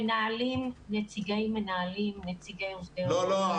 מנהלים, נציגי מנהלים, מציגי עובדי הוראה.